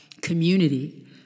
community